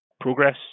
progress